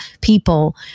people